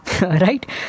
right